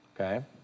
Okay